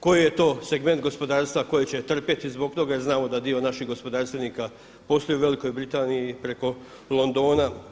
Koji je to segment gospodarstva koji će trpjeti zbog toga jer znamo da dio naših gospodarstvenika posluju u Velikoj Britaniji preko Londona?